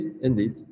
indeed